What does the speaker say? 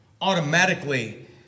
Automatically